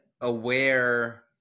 aware